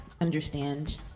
understand